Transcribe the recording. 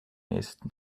nächsten